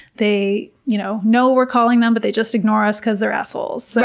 they you know know we're calling them but they just ignore us because they're assholes. so